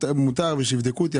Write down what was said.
מוטב שיבדקו אותי.